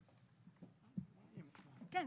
כן.